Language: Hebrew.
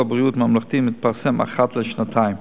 בריאות ממלכתי מתפרסם אחת לשנתיים.